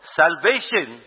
salvation